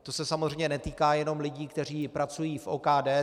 To se samozřejmě netýká jenom lidí, kteří pracují v OKD.